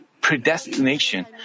predestination